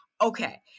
okay